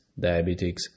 diabetics